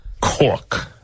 cork